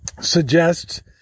suggests